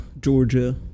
Georgia